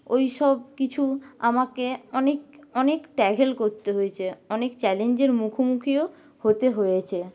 ওইসব কিছু আমাকে অনেক অনেক ট্যাকেল করতে হয়েছে অনেক চ্যালেঞ্জের মুখোমুখিও হতে হয়েছে